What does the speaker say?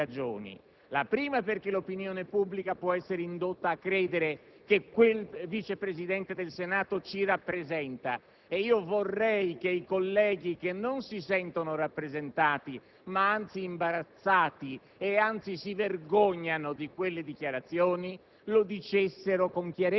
Mi sembra, Presidente, che si tratti di un fatto grave, innanzi tutto perché l'opinione pubblica può essere indotta a credere che quel Vice presidente del Senato ci rappresenta, e vorrei che i colleghi che non si sentono rappresentati, ma che anzi sono imbarazzati e si vergognano